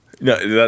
no